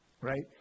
right